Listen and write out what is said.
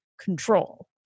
control